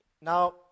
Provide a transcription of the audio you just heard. Now